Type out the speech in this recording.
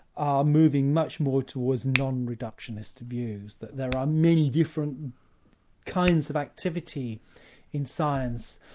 are moving much more towards non-reductionist views, that there are many different kinds of activity in science,